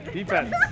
Defense